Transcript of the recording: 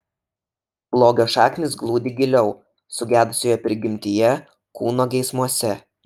blogio šaknys glūdi giliau sugedusioje prigimtyje kūno geismuose